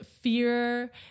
fear